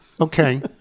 okay